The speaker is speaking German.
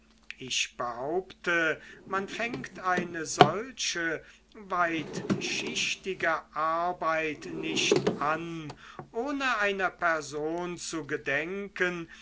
ich behaupte man fängt eine solche weitschichtige arbeit nicht an ohne einer person zu gedenken